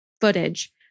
footage